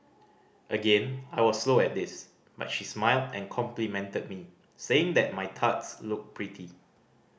again I was slow at this but she smiled and complimented me saying that my tarts looked pretty